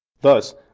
Thus